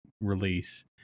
release